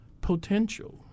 potential